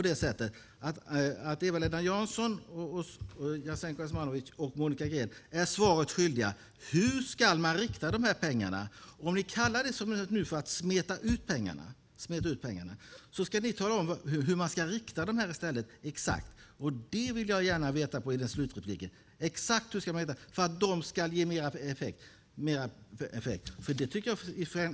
Eva-Lena Jansson, Jasenko Omanovic och Monica Green är oss svaret skyldiga. Hur ska man rikta pengarna? Ni talar om att man smetar ut pengarna. Tala i stället om exakt hur man ska rikta dem för att de ska få bättre effekt. Det vill jag veta.